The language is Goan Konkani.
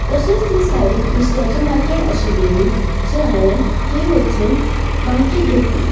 तशेंच ते सायडिन नुसत्याचें मार्केट आशिल्लें न्हय सो हांवें थंय वचून माणक्यो घेतल्यो